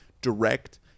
direct